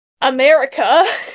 America